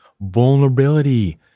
vulnerability